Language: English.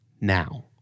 now